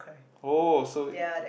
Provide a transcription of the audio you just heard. oh so